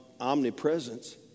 omnipresence